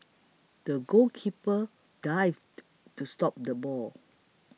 the goalkeeper dived to stop the ball